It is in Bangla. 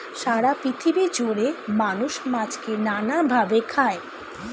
সারা পৃথিবী জুড়ে মানুষ মাছকে নানা ভাবে খায়